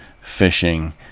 fishing